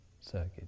circuit